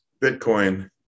Bitcoin